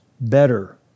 better